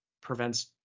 prevents